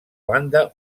banda